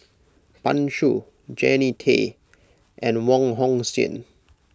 Pan Shou Jannie Tay and Wong Hong Suen